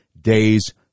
days